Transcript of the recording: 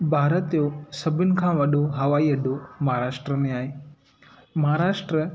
भारत जो सभिनि खां वॾो हवाई अॾो महाराष्ट्रा में आहे महाराष्ट्रा